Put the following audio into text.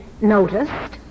noticed